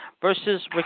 versus